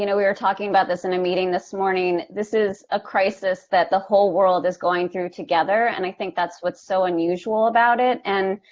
you know we were talking about this in a meeting this morning this is a crisis that the whole world is going through together, and i think that's what's so unusual about it and